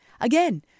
Again